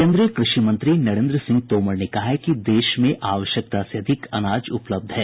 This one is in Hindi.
केन्द्रीय कृषि मंत्री नरेन्द्र सिंह तोमर ने कहा है कि देश में आवश्यकता से अधिक अनाज उपलध है